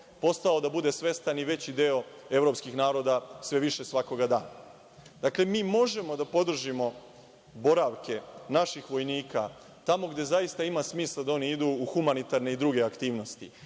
postao da bude svestan i veći deo evropskih naroda sve više svakoga dana. Mi možemo da podržimo boravke naših vojnika tamo gde zaista ima smisla da oni idu u humanitarne i druge aktivnosti,